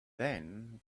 then